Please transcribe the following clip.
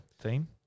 theme